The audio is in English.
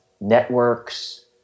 networks